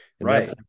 Right